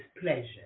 pleasure